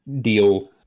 deal